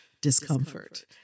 discomfort